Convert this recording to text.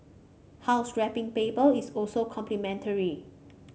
house wrapping paper is also complimentary